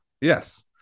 yes